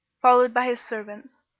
followed by his servants,